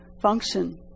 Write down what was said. function